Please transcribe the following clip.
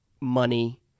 money